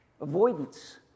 Avoidance